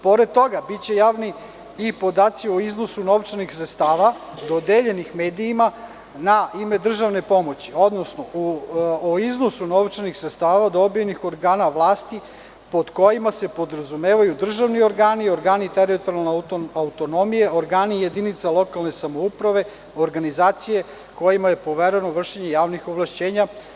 Pored toga, biće javni i podaci o iznosu novčanih sredstava dodeljenih medijima na ime državne pomoći, odnosno o iznosu novčanih sredstava dobijenih od organa vlasti pod kojima se podrazumevaju državni organi iorgani teritorijalne autonomije, organi jedinica lokalne samouprave, organizacije kojima je povereno vršenje javnih ovlašćenja.